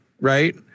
right